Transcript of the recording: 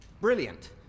brilliant